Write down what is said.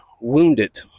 wounded